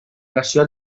pressió